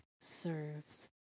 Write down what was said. serves